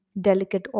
delicate